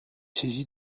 saisi